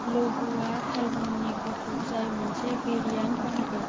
लघूआ तालमनि घटक जाय मोनसे वैरिएंट बाहागो